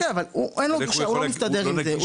אוקיי, אבל אין לו גישה, הוא לא מסתדר עם זה.